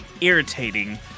irritating